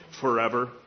forever